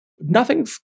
Nothing's